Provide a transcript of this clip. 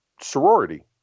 sorority